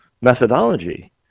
methodology